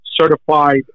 certified